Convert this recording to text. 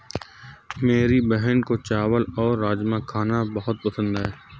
मेरी बहन को चावल और राजमा खाना बहुत पसंद है